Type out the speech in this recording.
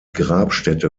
grabstätte